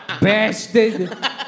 bastard